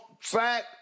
sack